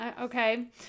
Okay